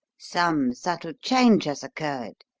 some subtle change has occurred.